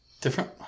Different